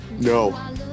No